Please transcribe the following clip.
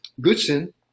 Goodson